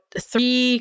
three